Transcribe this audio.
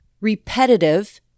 repetitive